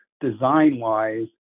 design-wise